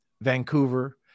Vancouver